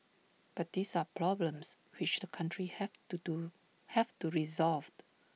but these are problems which the countries have to do have to resolved